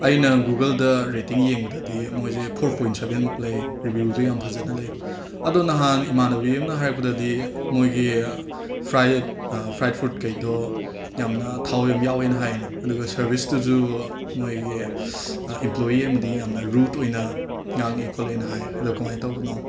ꯑꯩꯅ ꯒꯨꯒꯜꯗ ꯔꯦꯇꯤꯡ ꯌꯦꯡꯕꯗꯗꯤ ꯃꯣꯏꯖꯦ ꯐꯣꯔ ꯄꯣꯏꯟ ꯁꯕꯦꯟꯃꯨꯛ ꯂꯩ ꯔꯤꯕ꯭ꯌꯨꯁꯨ ꯌꯥꯝ ꯐꯖꯅ ꯂꯩ ꯑꯗꯣ ꯅꯍꯥꯟ ꯏꯃꯥꯟꯅꯕꯤ ꯑꯝꯅ ꯍꯥꯏꯔꯛꯄꯗꯗꯤ ꯃꯣꯏꯒꯤ ꯐ꯭ꯔꯥ ꯐ꯭ꯔꯥꯏ ꯐ꯭ꯔꯨꯠ ꯀꯩꯗꯣ ꯌꯥꯝꯅ ꯊꯥꯎ ꯌꯥꯝ ꯌꯥꯎꯋꯦꯅ ꯍꯥꯏꯌꯦꯅꯦ ꯑꯗꯨꯒ ꯁꯔꯕꯤꯁꯇꯨꯖꯨ ꯃꯣꯏꯒꯤ ꯏꯝꯄ꯭ꯂꯣꯏꯌꯤ ꯑꯃꯗꯤ ꯌꯥꯝꯅ ꯔꯨꯠ ꯑꯣꯏꯅ ꯉꯥꯡꯉꯛꯑꯦ ꯈꯣꯠꯂꯛꯑꯦꯅ ꯍꯥꯏꯌꯦ ꯑꯗꯣ ꯀꯃꯥꯏ ꯇꯧꯕꯅꯣ